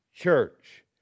Church